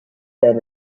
then